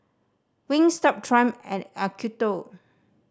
Wingstop Triumph and Acuto